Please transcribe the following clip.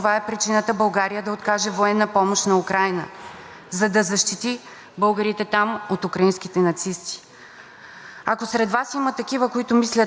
Ако сред вас има такива, които мислят така, нека споделим някои факти. Руската пропаганда твърди, че Украйна забранява на българите да говорят и учат български.